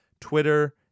Twitter